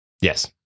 yes